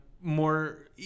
more